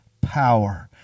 power